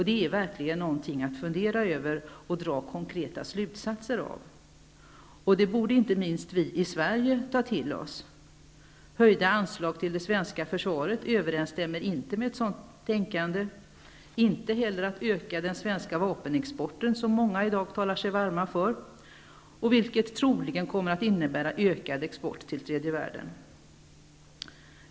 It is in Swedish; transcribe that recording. Det är verkligen någonting att fundera över och dra konkreta slutsatser av. Det är något som inte minst vi i Sverige borde ta till oss. Höjda anslag till det svenska försvaret överenstämmer inte med ett sådant tänkande, inte heller en ökad svensk vapenexport, vilket många i dag talar sig varma för. Det skulle troligen innebära ökad export till tredje världen.